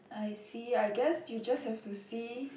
I see I guess you just have to see